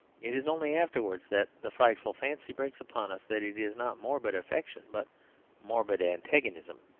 it is only afterwards that the frightful fancy breaks upon us that it is not morbid affection but morbid antagonism.